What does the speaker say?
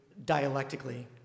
dialectically